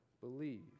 believe